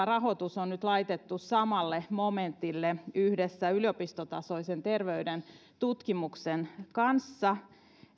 rahoitus on nyt laitettu samalle momentille yhdessä yliopistotasoisen terveyden tutkimuksen kanssa